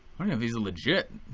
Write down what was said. wonder if he's legit.